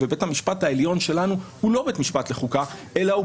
ובית המשפט העליון שלנו הוא לא בית משפט לחוקה אלא הוא